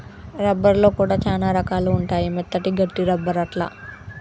rubber లో కూడా చానా రకాలు ఉంటాయి మెత్తటి, గట్టి రబ్బర్ అట్లా